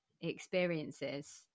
experiences